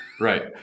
right